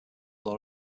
law